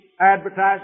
advertising